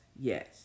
yes